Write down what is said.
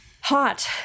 Hot